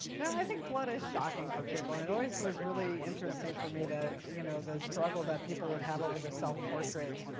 now i think what but is shocking for people, and it always was really interesting for me the you know the struggle that people would have over the self-portraits.